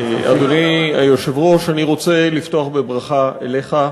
אדוני היושב-ראש, אני רוצה לפתוח בברכה אליך.